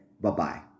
Bye-bye